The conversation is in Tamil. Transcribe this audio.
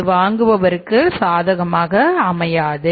அது வாங்குபவருக்கு சாதகமாக அமையாது